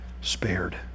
spared